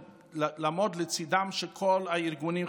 ולעמוד לצידם של כל ארגוני